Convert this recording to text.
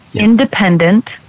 independent